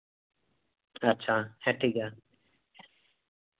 ᱟᱪᱪᱷᱟ ᱦᱮᱸ ᱴᱷᱤᱠᱜᱮᱭᱟ